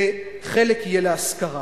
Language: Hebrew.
וחלק יהיה להשכרה.